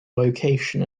location